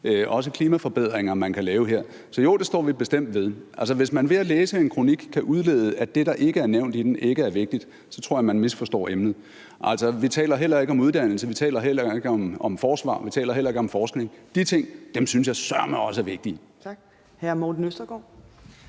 i de klimaforbedringer, man kan lave her. Så jo, det står vi bestemt ved. Hvis man ved at læse en kronik kan udlede, at det, der ikke er nævnt i den, ikke er vigtigt, så tror jeg, man misforstår emnet. Altså, vi taler heller ikke om uddannelse, vi taler heller ikke om forsvar, og vi taler heller ikke om forskning, og de ting synes jeg søreme også er vigtige. Kl. 14:59 Fjerde næstformand